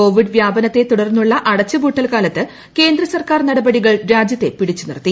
Covid വ്യാപനത്തെ തുടർന്നുള്ള അടച്ചുപൂട്ടൽ കാലത്ത് കേന്ദ്ര സർക്കാർ നടപടികൾ രാജ്യത്തെ പിടിച്ചുനിർത്തി